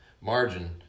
margin